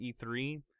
e3